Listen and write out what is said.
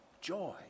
Joy